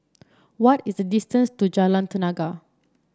what is the distance to Jalan Tenaga